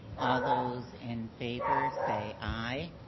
all those in favor say aye.